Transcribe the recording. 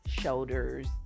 shoulders